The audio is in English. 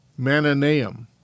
Mananaim